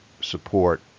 support